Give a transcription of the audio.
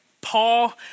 Paul